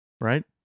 right